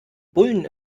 bullen